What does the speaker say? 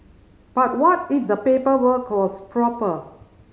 but what if the paperwork was proper